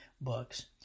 books